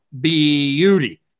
beauty